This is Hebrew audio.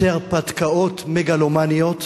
שתי הרפתקאות מגלומניות